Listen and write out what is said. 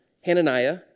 Hananiah